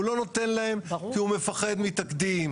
הוא לא נותן להם כי הוא מפחד מתקדים,